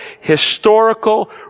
historical